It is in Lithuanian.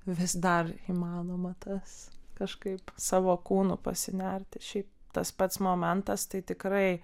vis dar įmanoma tas kažkaip savo kūnu pasinerti šiaip tas pats momentas tai tikrai